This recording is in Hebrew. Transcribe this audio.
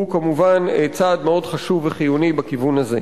הוא כמובן צעד מאוד חשוב וחיוני בכיוון הזה.